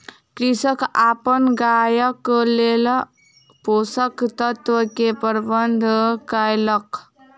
कृषक अपन गायक लेल पोषक तत्व के प्रबंध कयलक